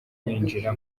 binjira